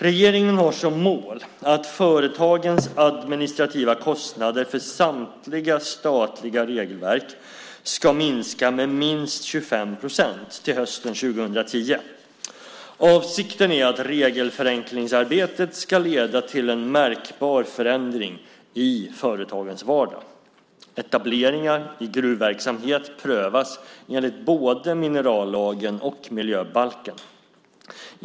Regeringen har som mål att företagens administrativa kostnader för samtliga statliga regelverk ska minska med minst 25 procent till hösten 2010. Avsikten är att regelförenklingsarbetet ska leda till en märkbar förändring i företagens vardag. Etableringar i gruvverksamhet prövas enligt både minerallagen och miljöbalken.